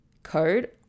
code